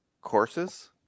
courses